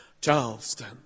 Charleston